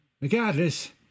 Regardless